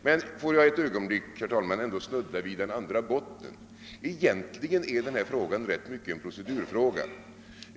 Men får jag ett ögonblick, herr talman, ändå snudda vid den andra botten. Egentligen är den här frågan i rätt hög grad en procedurfråga.